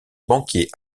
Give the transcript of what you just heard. banquier